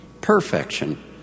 perfection